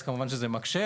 שזה כמובן מקשה,